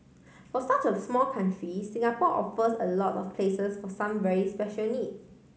for such a small country Singapore offers a lot of places for some very special needs